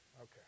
Okay